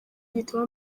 gituma